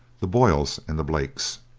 the boyles and the blakes.